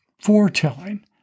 foretelling